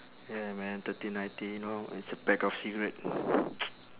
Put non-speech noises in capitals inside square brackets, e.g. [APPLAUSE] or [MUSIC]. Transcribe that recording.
ya man thirteen ninety you know it's a pack of cigarette [NOISE]